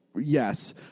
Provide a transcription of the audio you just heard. Yes